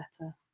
better